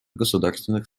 государственных